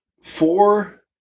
four